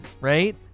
right